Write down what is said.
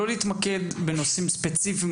לא להתמקד בנושאים ספציפיים,